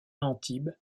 antibes